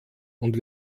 und